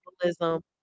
capitalism